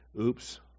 oops